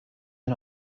wir